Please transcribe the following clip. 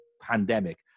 pandemic